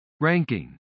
Ranking